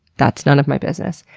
that's none of my business.